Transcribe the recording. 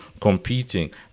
competing